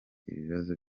ibibazo